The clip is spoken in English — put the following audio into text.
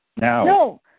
No